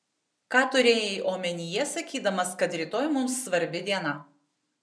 ką turėjai omenyje sakydamas kad rytoj mums svarbi diena